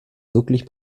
wirklich